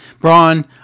Braun